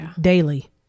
daily